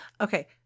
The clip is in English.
Okay